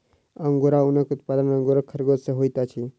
angora ऊनक उत्पादन angora खरगोश सॅ होइत अछि